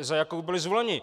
za jakou byli zvoleni.